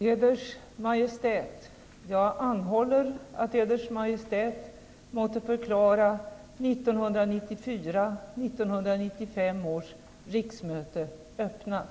Eders Majestät! Jag anhåller att Eders Majestät måtte förklara 1994/95 års riksmöte öppnat.